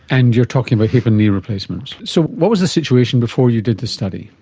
and you are talking about hip and knee replacements. so what was the situation before you did the study?